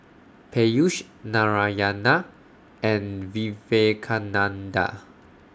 Peyush Narayana and Vivekananda